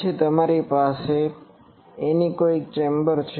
પછી તમારી પાસે એનિકોઇક ચેમ્બર છે